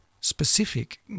specific